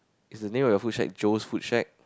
is the name of your food shack Joe's food shack